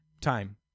Time